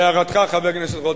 להערתך, חבר הכנסת רותם,